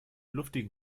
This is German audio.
luftigen